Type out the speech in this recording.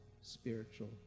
spiritual